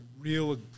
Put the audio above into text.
real